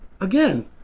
again